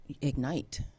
Ignite